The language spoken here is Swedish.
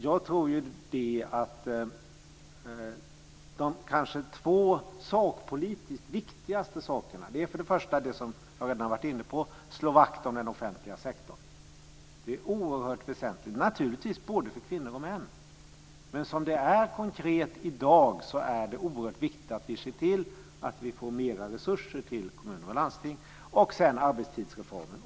Jag tror att de två sakpolitiskt viktigaste sakerna är följande. Det första är det jag redan har varit inne på, dvs. att man ska slå vakt om den offentliga sektorn. Det är oerhört väsentligt, naturligtvis, både för kvinnor och män. Men som det är konkret i dag är det oerhört viktigt att vi ser till att vi får mera resurser till kommuner och landsting. Sedan är det återigen arbetstidsreformen.